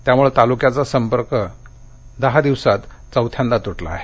त्यामुळे तालुक्याचा संपर्क दहा दिवसांत चौथ्यांदा तुटला आहे